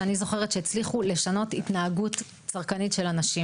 שאני זוכרת שהצליחו לשנות התנהגות של אנשים.